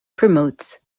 promotes